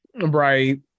right